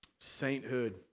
sainthood